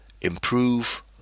Improve